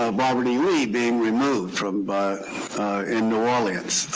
ah robert e. lee being removed from in new orleans,